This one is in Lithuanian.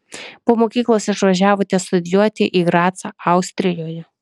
po mokyklos išvažiavote studijuoti į gracą austrijoje